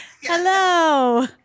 Hello